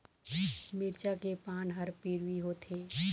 मिरचा के पान हर पिवरी होवथे?